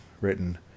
written